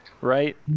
right